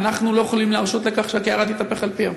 אנחנו לא יכולים להרשות שהקערה תתהפך על פיה.